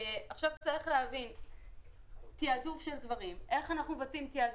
צריך להבין איך אנחנו מבצעים תעדוף,